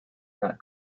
nut